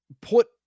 put